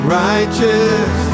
righteous